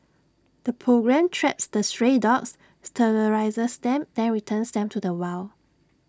the programme traps the stray dogs sterilises them then returns them to the wild